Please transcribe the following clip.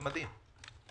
זה מדהים.